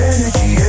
Energy